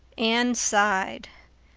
anne sighed.